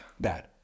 Bad